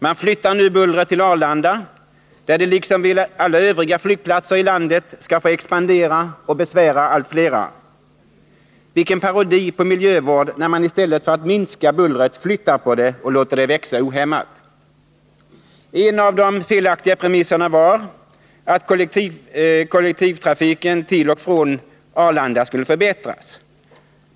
Man flyttar nu bullret till Arlanda, där det liksom vid alla övriga flygplatser i landet skall få expandera och besvära allt flera. Vilken parodi på miljövård när man i stället för att minska bullret flyttar på det och låter det växa ohämmat! En av de felaktiga premisserna var att kollektivtrafiken till och från Arlanda skulle förbättras.